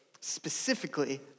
specifically